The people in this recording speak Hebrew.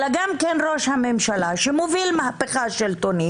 אלא גם ראש הממשלה שמוביל מהפכה שלטונית.